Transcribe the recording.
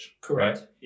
Correct